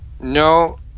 No